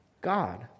God